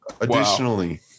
Additionally